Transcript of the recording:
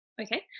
Okay